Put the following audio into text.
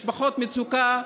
משפחות מצוקה,